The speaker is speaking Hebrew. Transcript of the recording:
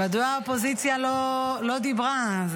האופוזיציה לא דיברה?